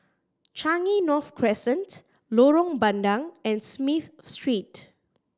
Changi North Crescent Lorong Bandang and Smith Street